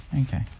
okay